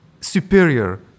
superior